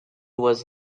was